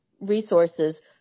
Resources